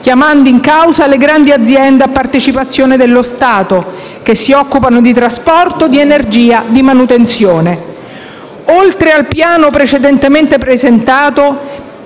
chiamando in causa le grandi aziende a partecipazione dello Stato che si occupano di trasporto, di energia e di manutenzione. Oltre al piano precedentemente presentato,